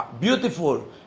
beautiful